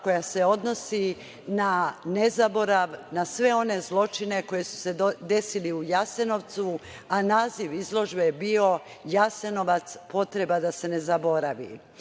koja se odnosi na nezaborav na sve one zločine koji su se desili u Jasenovcu, a naziv izložbe je bio "Jasenovac, potreba da se ne zaboravi".Moram